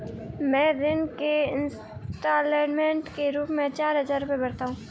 मैं ऋण के इन्स्टालमेंट के रूप में चार हजार रुपए भरता हूँ